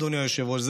אדוני היושב-ראש,